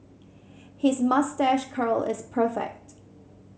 his moustache curl is perfect